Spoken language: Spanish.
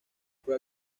fue